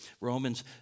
Romans